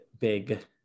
big